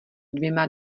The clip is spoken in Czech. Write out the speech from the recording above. dvěma